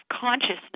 consciousness